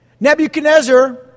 Nebuchadnezzar